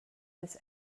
this